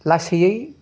लासैयै